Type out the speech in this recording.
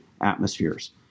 atmospheres